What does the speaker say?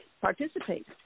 participate